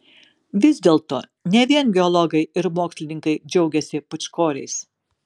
vis dėlto ne vien geologai ir mokslininkai džiaugiasi pūčkoriais